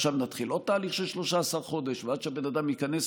עכשיו נתחיל עוד תהליך של 13 חודשים עד שהבן אדם ייכנס?